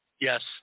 Yes